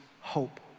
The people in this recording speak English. hope